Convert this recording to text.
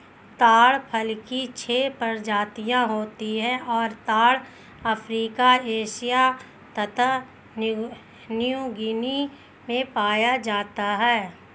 ताड़ फल की छह प्रजातियाँ होती हैं और ताड़ अफ्रीका एशिया तथा न्यूगीनी में पाया जाता है